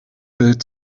bild